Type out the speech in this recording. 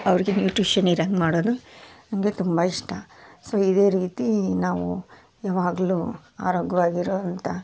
ಅವ್ರಿಗೆ ನ್ಯೂಟ್ರಿಷನ್ ಇರಂಗೆ ಮಾಡೋದು ನನಗೆ ತುಂಬ ಇಷ್ಟ ಸೊ ಇದೇ ರೀತಿ ನಾವು ಯಾವಾಗ್ಲೂ ಆರೋಗ್ಯವಾಗಿರೋಂಥ